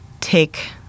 take